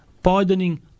Pardoning